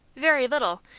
very little,